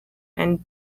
and